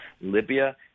Libya—